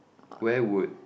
where would